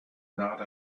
not